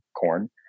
corn